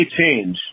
change